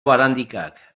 barandikak